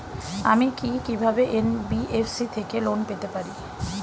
আমি কি কিভাবে এন.বি.এফ.সি থেকে লোন পেতে পারি?